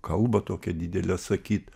kalbą tokią didelę sakyt